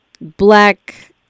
black